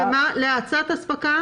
"להאצת אספקה